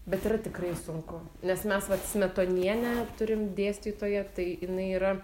bet yra tikrai sunku nes mes vat smetonienę turim dėstytoją tai jinai yra